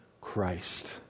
Christ